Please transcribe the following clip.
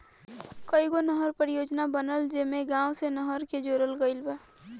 कईगो नहर परियोजना बनल जेइमे गाँव से नहर के जोड़ल गईल बा